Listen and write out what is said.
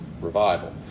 revival